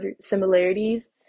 similarities